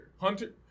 Hunter